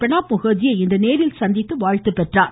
பிரணாப் முகர்ஜியை இன்று நேரில் சந்தித்து வாழ்த்து பெற்றார்